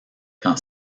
quand